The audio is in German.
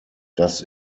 das